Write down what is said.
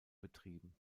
betrieben